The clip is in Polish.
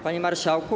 Panie Marszałku!